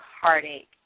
heartache